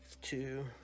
two